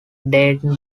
dating